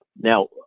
Now